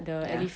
ya